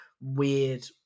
weird